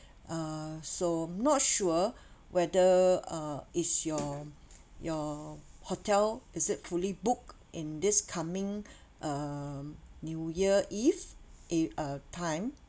uh so not sure whether uh is your your hotel is it fully booked in this coming um new year eve e~ uh time